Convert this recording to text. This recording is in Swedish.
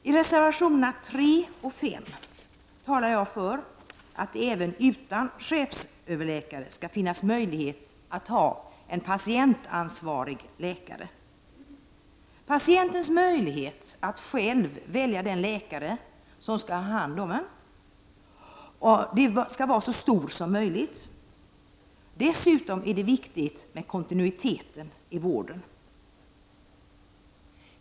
I reservationerna 3 och 5 talar jag för att det även utan chefsöverläkare skall finnas möjlighet att ha en patientansvarig läkare. Patientens möjlighet att själv välja den läkare som skall ha hand om honom bör vara så stor som möjligt. Dessutom är det viktigt med kontinuitet i vården.